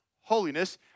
holiness